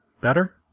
Better